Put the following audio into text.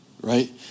Right